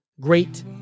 great